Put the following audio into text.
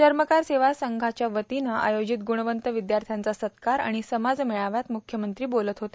चर्मकार सेवा संघाच्यावतीन आयोजित ग्णवंत विदयार्थ्यांचा सत्कार आणि समाज मेळाव्यात मुख्यमंत्री बोलत होते